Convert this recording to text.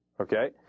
Okay